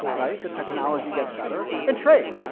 right? the technology gets better and trade.